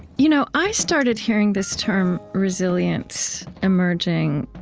you know i started hearing this term resilience emerging